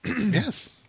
yes